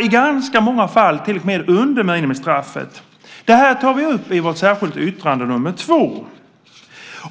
I ganska många fall hamnar de till och med under minimistraffet. Det tar vi upp i vårt särskilda yttrande nr 2.